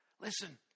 Listen